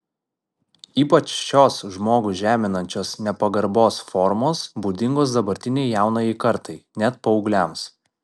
ypač šios žmogų žeminančios nepagarbos formos būdingos dabartinei jaunajai kartai net paaugliams